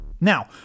Now